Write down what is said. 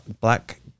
black